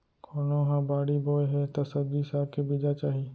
कोनो ह बाड़ी बोए हे त सब्जी साग के बीजा चाही